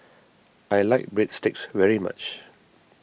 I like Breadsticks very much